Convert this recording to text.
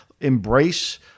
embrace